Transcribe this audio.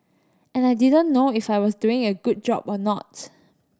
and I didn't know if I was doing a good job or not